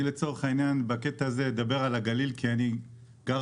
אני אדבר כאן על הגליל, כי בו אני גר,